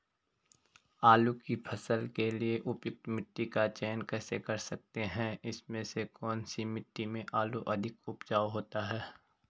आलू की फसल के लिए उपयुक्त मिट्टी का चयन कैसे कर सकते हैं इसमें से कौन सी मिट्टी में आलू अधिक उपजाऊ होता है?